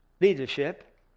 leadership